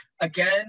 Again